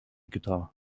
guitar